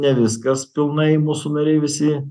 ne viskas pilnai mūsų nariai visi